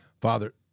Father